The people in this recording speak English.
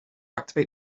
activate